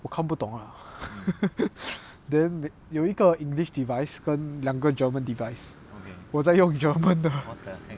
我看不懂 ah then 有一个 english device 跟两个 german device 我在用 german 的